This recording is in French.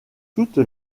toute